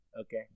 Okay